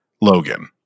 logan